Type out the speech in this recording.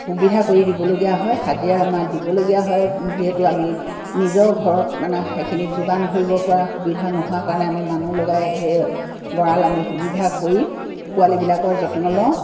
সুবিধা কৰি দিবলগীয়া হয় হাজিৰা আমাৰ দিবলগীয়া হয় যিহেতু আমি নিজৰ ঘৰত মানে সেইখিনি যোগান ধৰিব পৰা সুবিধা নোহোৱা কাৰণে আমি মানুহ লগাই সেই গঁৰাল আমি সুবিধা কৰি পোৱালিবিলাকৰ যত্ন লওঁ